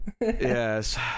yes